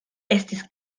estis